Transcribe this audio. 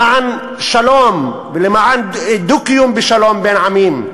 למען שלום ולמען דו-קיום בשלום בין עמים,